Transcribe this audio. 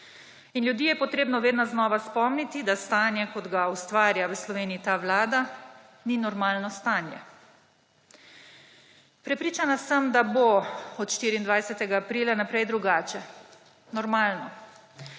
In ljudi je treba vedno znova spomniti, da stanje, kot ga ustvarja v Sloveniji ta vlada, ni normalno stanje. Prepričana sem, da bo od 24. aprila naprej drugače, normalno.